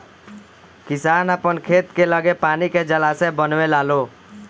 किसान आपन खेत के लगे पानी के जलाशय बनवे लालो